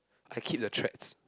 I keep the tracks